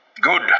Good